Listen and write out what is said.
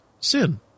sin